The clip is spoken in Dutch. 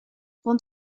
rond